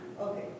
Okay